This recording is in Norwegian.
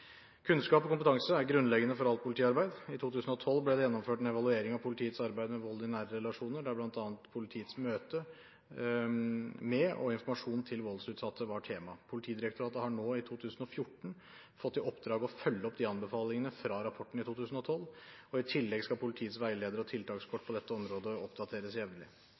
Kunnskap og kompetanse er grunnleggende for alt politiarbeid. I 2012 ble det gjennomført en evaluering av politiets arbeid med vold i nære relasjoner der bl.a. politiets møte med – og informasjon til – voldsutsatte var tema. Politidirektoratet har nå i 2014 fått i oppdrag å følge opp anbefalingene i rapporten fra 2012. I tillegg skal politiets veiledere og tiltakskort på dette området oppdateres jevnlig.